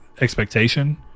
expectation